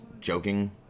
joking